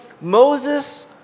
Moses